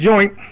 joint